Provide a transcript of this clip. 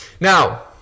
Now